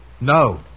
No